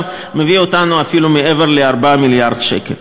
מביא אותנו אפילו מעבר ל-4 מיליארד שקל.